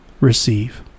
Receive